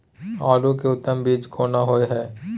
आलू के उत्तम बीज कोन होय है?